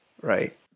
right